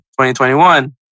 2021